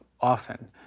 often